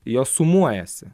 jos sumuojasi